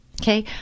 Okay